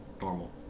normal